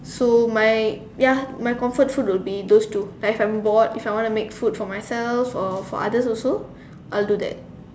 so my ya my comfort food will be those two like if I'm bored if I want to make food for myself or for others also I will do that